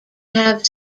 have